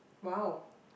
!wow!